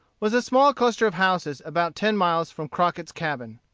was a small cluster of houses about ten miles from crockett's cabin.